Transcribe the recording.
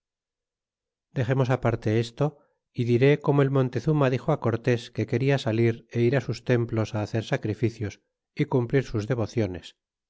dexemos aparte esto y diré como el montezuma dixo cortés que quena salir é ir á sus templos hacer sacrificios y cumplir sus devociones